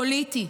פוליטי.